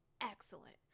excellent